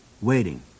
Waiting